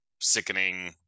sickening